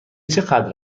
چقدر